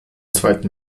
zweiten